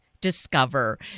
discover